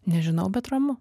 nežinau bet ramu